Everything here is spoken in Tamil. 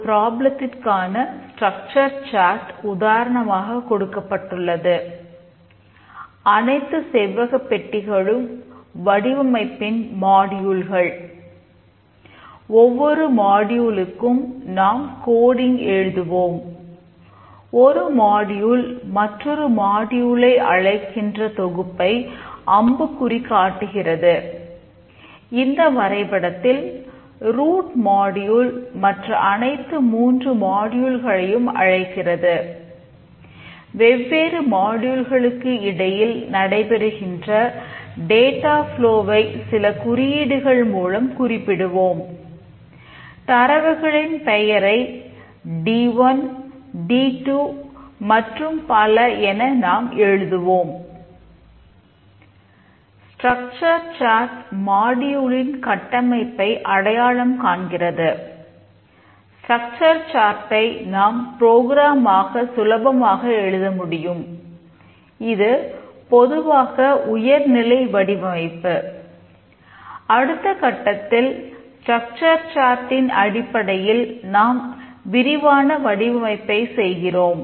ஒரு ப்ராப்ளத்திற்கான மற்றும் பல என நாம் எழுதுவோம்